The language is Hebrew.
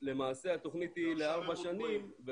ולמעשה התוכנית היא לארבע שנים,